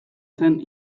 zen